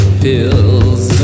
pills